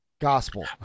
gospel